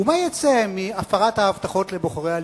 ומה יצא מהפרת ההבטחות לבוחרי הליכוד?